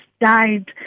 died